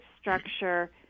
structure